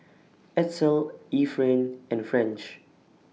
Edsel Efrain and French